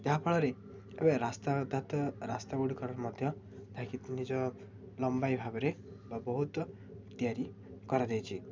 ଯାହାଫଳରେ ଏବେ ରାସ୍ତା ରାସ୍ତା ଗୁଡ଼ିକର ମଧ୍ୟ ତାକି ନିଜ ଲମ୍ବାଇ ଭାବରେ ବା ବହୁତ ତିଆରି କରାଯାଇଛି